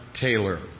Taylor